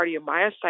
cardiomyocyte